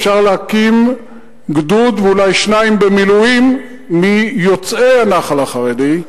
אפשר להקים גדוד ואולי שניים במילואים מיוצאי הנח"ל החרדי,